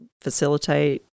facilitate